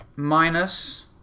minus